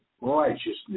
Righteousness